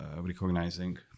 recognizing